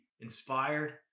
inspired